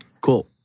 Cool